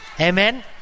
Amen